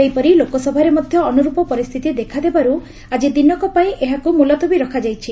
ସେହିପରି ଲୋକସଭାରେ ମଧ୍ୟ ଅନୁର୍ପ ପରିସ୍ଥିତି ଦେଖାଦେବାରୁ ଆଜି ଦିନକପାଇଁ ଏହାକୁ ମୁଲତବୀ ରଖାଯାଇଛି